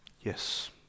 Yes